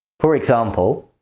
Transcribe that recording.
for example,